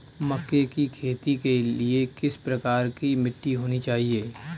मक्के की खेती के लिए किस प्रकार की मिट्टी होनी चाहिए?